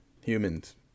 Humans